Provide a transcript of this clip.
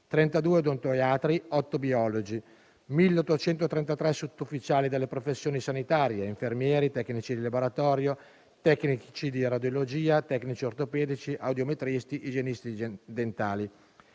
32 odontoiatri, 8 biologi, 1.833 sottufficiali delle professioni sanitarie (infermieri, tecnici di laboratorio, tecnici di radiologia, tecnici ortopedici, audiometristi, igienisti dentali)